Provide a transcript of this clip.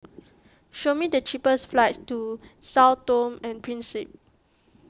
show me the cheapest flights to Sao Tome and Principe